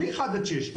בלי אחד עד שש,